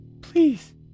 please